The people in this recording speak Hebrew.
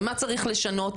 ומה צריך לשנות,